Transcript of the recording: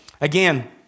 Again